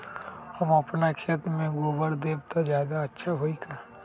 हम अपना खेत में गोबर देब त ज्यादा अच्छा होई का?